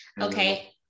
Okay